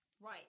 Right